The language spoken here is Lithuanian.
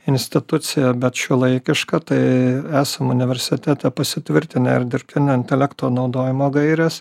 institucija bet šiuolaikiška tai esam universitete pasitvirtinę ir dirbtinio intelekto naudojimo gaires